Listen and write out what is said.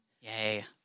Yay